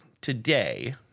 today